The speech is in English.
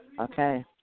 Okay